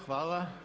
Hvala.